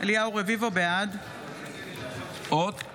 בעד אני